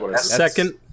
Second